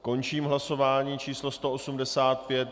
Končím hlasování číslo 185.